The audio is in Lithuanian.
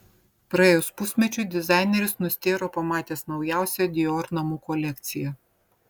praėjus pusmečiui dizaineris nustėro pamatęs naujausią dior namų kolekciją